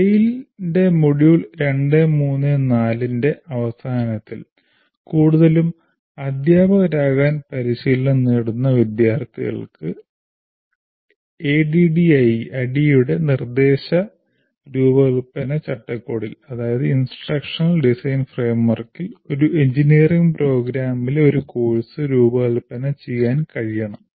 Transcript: TALE ന്റെ module 2 3 4 ന്റെ അവസാനത്തിൽ കൂടുതലും അധ്യാപകരാകാൻ പരിശീലനം നേടുന്ന വിദ്യാർത്ഥികൾക്ക് ADDIE യുടെ നിർദ്ദേശ രൂപകൽപ്പന ചട്ടക്കൂടിൽ ഒരു എഞ്ചിനീയറിംഗ് പ്രോഗ്രാമിലെ ഒരു കോഴ്സ് രൂപകൽപ്പന ചെയ്യാൻ കഴിയണം